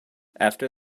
after